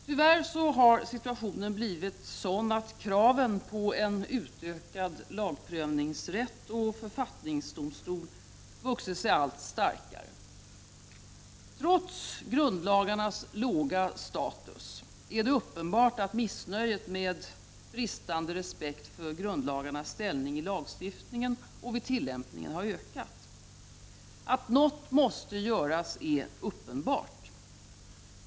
Tyvärr har situationen blivit sådan att kraven på en utökad lagprövningsrätt och författningsdomstol vuxit sig allt starkare. Trots grundlagarnas låga status är det uppenbart att missnöjet med bristande respekt för grundlagarnas ställning i lagstiftningen och vid tillämpningen har ökat. Att något måste göras är uppenbart.